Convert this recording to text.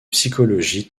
psychologie